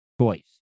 choice